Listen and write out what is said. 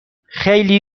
خیلی